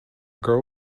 girl